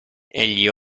egli